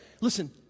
Listen